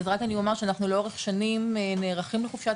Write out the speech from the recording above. אז רק אני אומר שאנחנו לאורך שנים נערכים לחופשת